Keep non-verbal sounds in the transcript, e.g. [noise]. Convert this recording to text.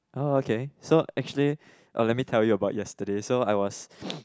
oh okay so actually oh let me tell you about yesterday so I was [noise]